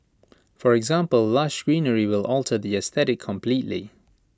for example lush greenery will alter the aesthetic completely